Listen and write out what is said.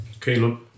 Caleb